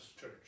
church